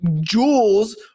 jewels